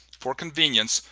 for convenience,